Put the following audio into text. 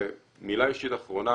ומילה אישית אחרונה.